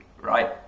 right